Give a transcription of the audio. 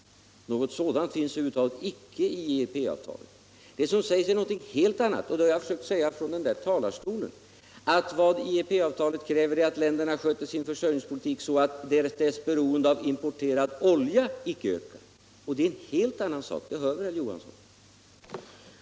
Något sådant står över huvud taget icke i IEP-avtalet. Det som står där är något helt annat, och det har jag försökt säga från kammarens talarstol. Vad IEP-avtalet kräver är att länderna sköter sin försörjningspolitik så att deras beroende av importerad olja icke ökar, och det är en helt annan sak. Det hör väl herr Johansson?